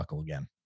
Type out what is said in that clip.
again